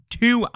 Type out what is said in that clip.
two